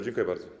Dziękuję bardzo.